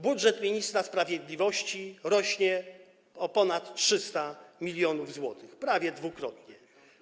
Budżet ministra sprawiedliwości rośnie o ponad 300 mln zł, prawie dwukrotnie.